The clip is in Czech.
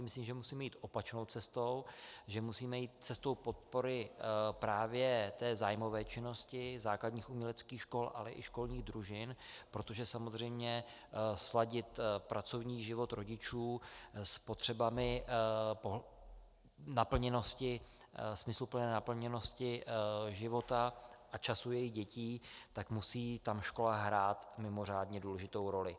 Myslím, že musíme jít opačnou cestou, že musíme jít cestou podpory právě zájmové činnosti, základních uměleckých škol, ale i školních družin, protože samozřejmě sladit pracovní život rodičů s potřebami smysluplné naplněnosti života a času jejich dětí, tak musí tam škola hrát mimořádně důležitou roli.